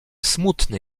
smutny